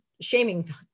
shaming